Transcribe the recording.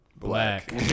black